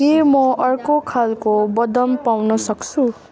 के म अर्को खालको बदम पाउन सक्छु